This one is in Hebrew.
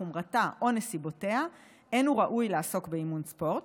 חומרתה או נסיבותיה אין הוא ראוי לעסוק באימון ספורט.